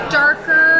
darker